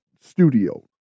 studio